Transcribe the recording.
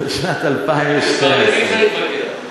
עם מספרים אי-אפשר להתווכח.